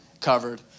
covered